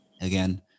again